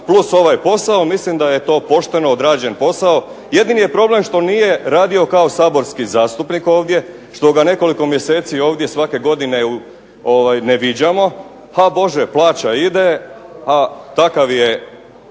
plus ovaj posao, mislim da je to pošteno odražen posao. Jedini je problem što nije radio kao saborski zastupnik ovdje, što ga nekoliko mjeseci svake godine ovdje ne viđamo, pa Bože plaća ide a takav je